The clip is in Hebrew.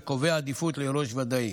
וקובע עדיפות ליורש ודאי.